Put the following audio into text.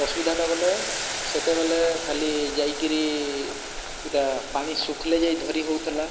ଅସୁବିଧାଟା ବୋଏଲେ ସେତେବେଲେ ଖାଲି ଯାଇକିରି ଇଟା ପାଣି ଶୁଖଲେ ଯାଇ ଧରି ହଉଥିଲା